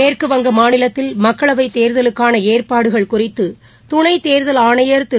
மேற்குவங்க மாநிலத்தில் மக்களவைத் தேர்தலுக்கானஏற்பாடுகள் குறித்துதுணைத்தேர்தல் ஆணையர் திரு